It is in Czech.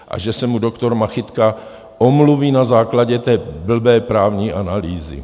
A že se mu doktor Machytka omluví na základě té blbé právní analýzy.